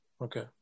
Okay